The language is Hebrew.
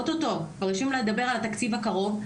כבר יושבים לדבר על התקציב הקרוב,